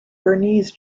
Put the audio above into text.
bernese